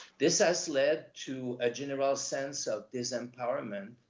this has led to a general sense of disempowerment,